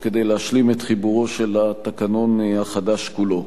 כדי להשלים את חיבורו של התקנון החדש כולו.